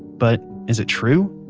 but is it true?